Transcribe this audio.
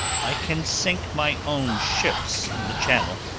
i can sink my own ships in the channel,